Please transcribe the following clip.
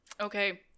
Okay